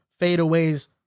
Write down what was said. fadeaways